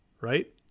right